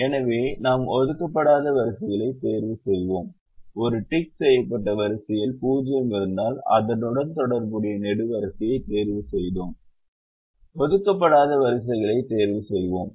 எனவே நாம் ஒதுக்கப்படாத வரிசைகளைத் தேர்வுசெய்தோம் ஒரு டிக் செய்யப்பட்ட வரிசையில் 0 இருந்தால் அதனுடன் தொடர்புடைய நெடுவரிசையைத் தேர்வுசெய்தோம் ஒதுக்கப்படாத வரிசைகளைத் தேர்வுசெய்தோம்